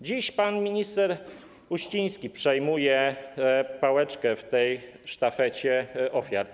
Dziś pan minister Uściński przejmuje pałeczkę w tej sztafecie ofiar.